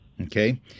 Okay